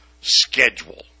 schedule